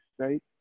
state